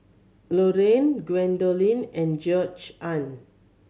Loriann Gwendolyn and Georgeann